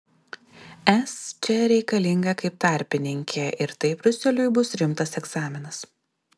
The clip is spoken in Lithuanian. es čia reikalinga kaip tarpininkė ir tai briuseliui bus rimtas egzaminas